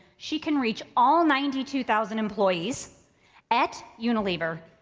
she can reach all ninety two thousand employees at unilever.